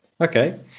Okay